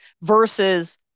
versus